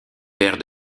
père